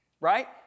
right